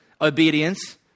obedience